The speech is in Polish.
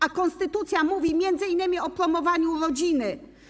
A konstytucja mówi m.in. o promowaniu rodziny.